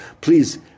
Please